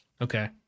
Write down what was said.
Okay